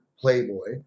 Playboy